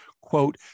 quote